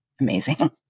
amazing